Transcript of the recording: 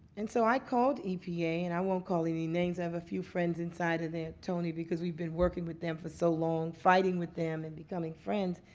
and so i called epa, and i won't call any names i have a few friends inside of there, tony, because we've been working with them for so long, fighting with them and becoming friends.